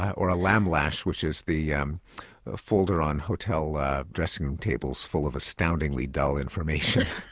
or a lamlash which is the um ah folder on hotel dressing tables full of astoundingly dull information.